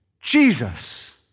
Jesus